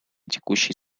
текущей